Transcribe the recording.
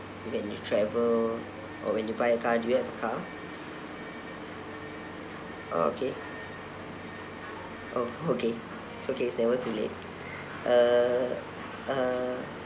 when you travel or when you buy a car do you have a car oh okay oh okay it's okay it's never too late uh uh